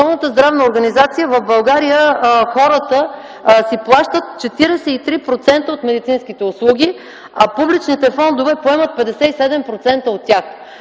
Световната здравна организация в България хората си плащат 43% от медицинските услуги, а публичните фондове поемат 57% от тях.